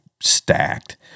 stacked